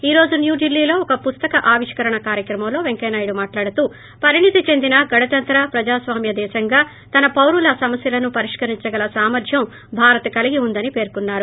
ఈ రోజు న్యూ ఢిల్లీలో ఒక పుస్తక ఆవిష్కరణ కార్యక్రమంలో వెంకయ్యనాయుడు మాట్లాడుతూ పరిణతి చెందిన గణతంత్ర ప్రజాస్వామ్య దేశంగా తన పౌరుల సమస్యలను పరిష్కరించగల సామర్వం భారత్ కలిగి ఉందని పేర్కొన్నారు